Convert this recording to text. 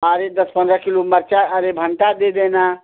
और यह दस पन्द्रह किलो मिर्च अरे भंटा दे देना